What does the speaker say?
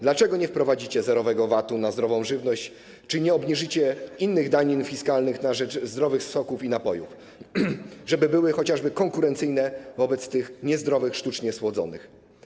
Dlaczego nie wprowadzicie zerowego VAT-u na zdrową żywność czy nie obniżycie innych danin fiskalnych na rzecz zdrowych soków i napojów, żeby były chociażby konkurencyjne wobec tych niezdrowych, sztucznie słodzonych?